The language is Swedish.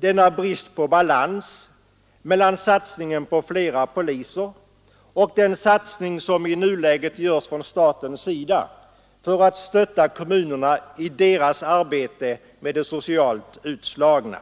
en brist på balans mellan satsningen på flera poliser och den satsning som i nuläget görs från statens sida för att stötta kommunerna i deras arbete med de socialt utslagna.